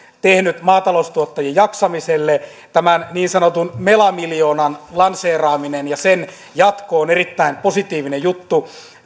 tehnyt maataloustuottajien jaksamiselle tämän niin sanotun mela miljoonan lanseeraaminen ja sen jatko on erittäin positiivinen juttu